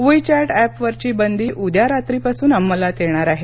we chat ऍपवरची बंदी उद्या रात्रीपासून अंमलात येणार आहे